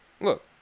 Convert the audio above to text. Look